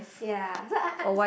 ya so I I